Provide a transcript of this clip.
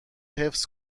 حفظ